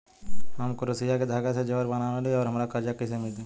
हम क्रोशिया के धागा से जेवर बनावेनी और हमरा कर्जा कइसे मिली?